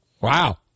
Wow